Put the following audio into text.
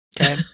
Okay